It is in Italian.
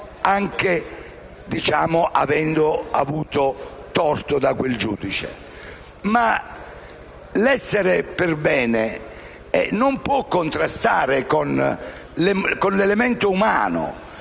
anche avendo avuto torto da quel giudice. Ma l'essere perbene non può contrastare con l'elemento umano.